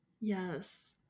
Yes